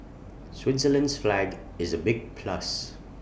Switzerland's flag is A big plus